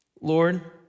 Lord